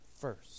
first